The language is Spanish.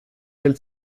del